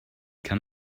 kann